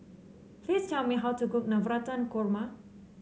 please tell me how to cook Navratan Korma